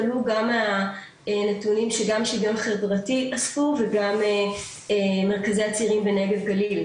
עלו גם מהנתונים שגם שוויון חברתי אספו וגם מרכזי צעירים ונגב גליל.